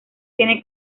tiene